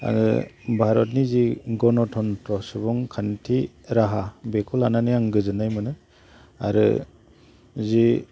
आङो भारतनि जि गन'तन्थ्र' सुबुंखान्थि राहा बेखौ लानानै आं गोजोन्नाय मोनो आरो जि